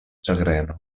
ĉagreno